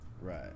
Right